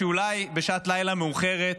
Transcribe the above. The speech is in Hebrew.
שאולי בשעת לילה מאוחרת